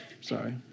Sorry